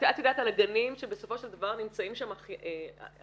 את יודעת על הגנים שבסופו של דבר נמצאים שם אחים